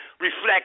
reflect